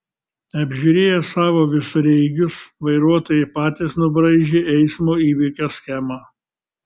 apžiūrėję savo visureigius vairuotojai patys nubraižė eismo įvykio schemą